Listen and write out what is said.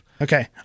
Okay